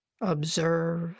observe